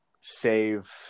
save